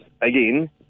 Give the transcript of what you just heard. again